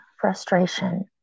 frustration